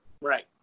Right